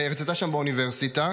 והרצתה שם באוניברסיטה.